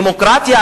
דמוקרטיה,